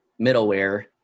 middleware